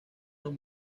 los